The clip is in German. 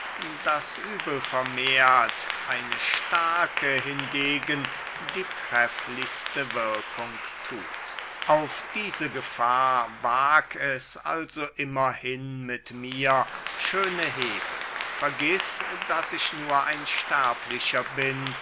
das übel vermehrt eine starke hingegen die trefflichste wirkung thut auf diese gefahr wag es also immerhin mit mir schöne hebe vergiß daß ich nur ein sterblicher bin